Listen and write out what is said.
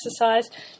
exercise